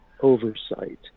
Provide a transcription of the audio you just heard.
oversight